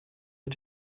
mit